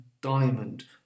diamond